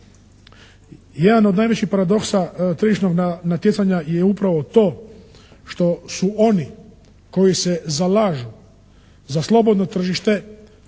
Jedan od najvećih paradoksa tržišnog natjecanja je upravo to što su oni koji se zalažu za slobodno tržište